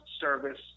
service